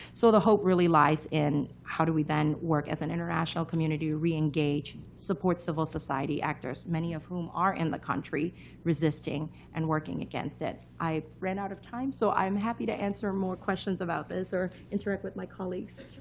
so the hope really lies in, how do we then work as an international community to reengage, support civil society actors, many of whom are in the country resisting and working against it. i ran out of time. so i'm happy to answer more questions about this or interact with my colleagues.